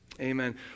Amen